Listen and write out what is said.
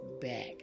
back